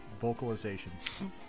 vocalizations